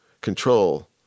control